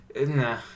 Nah